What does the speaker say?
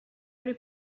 hori